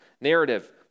Narrative